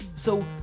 so,